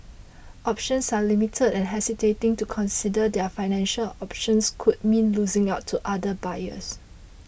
options are limited and hesitating to consider their financial options could mean losing out to other buyers